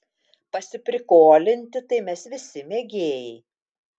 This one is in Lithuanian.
pasiprikolinti tai mes visi mėgėjai